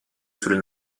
sulle